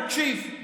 תקשיב.